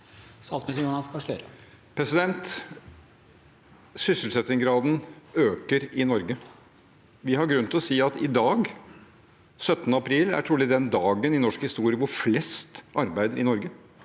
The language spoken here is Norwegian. Syssel- settingsgraden øker i Norge. Vi har grunn til å si at i dag, 17. april 2024, er trolig den dagen i norsk historie hvor flest er i arbeid i Norge,